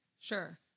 Sure